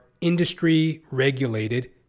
industry-regulated